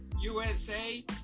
USA